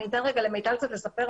אני אתן קצת למיטל לספר.